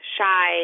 shy